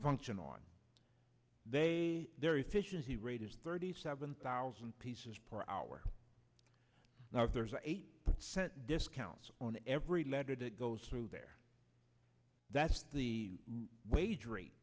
function on they their efficiency rate is thirty seven thousand pieces per hour now there's eighty percent discounts on every letter that goes through there that's the wage rate